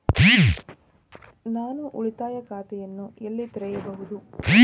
ನಾನು ಉಳಿತಾಯ ಖಾತೆಯನ್ನು ಎಲ್ಲಿ ತೆರೆಯಬಹುದು?